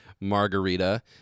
margarita